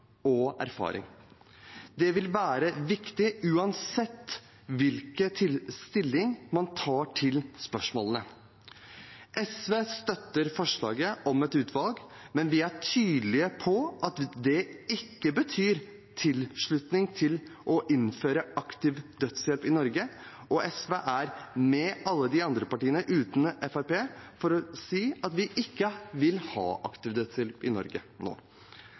og erfaring. Det vil være viktig uansett hvilken stilling man tar til spørsmålene. SV støtter forslaget om et utvalg, men vi er tydelige på at det ikke betyr tilslutning til å innføre aktiv dødshjelp i Norge. SV er sammen med alle de andre partiene, utenom Fremskrittspartiet, med på å si at vi ikke vil ha aktiv dødshjelp i Norge nå.